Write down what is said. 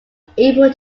april